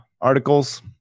articles